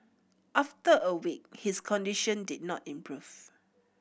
after a week his condition did not improve